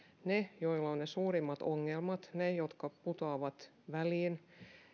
he joilla on ne suurimmat ongelmat he jotka putoavat väliin